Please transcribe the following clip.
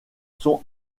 sont